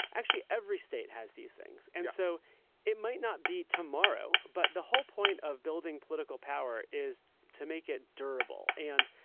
actually, every state has these things. and so it might not be tomorrow, but the whole point of building political power is to make it durable. and,